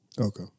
Okay